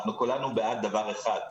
אנחנו כולנו בעד דבר אחד,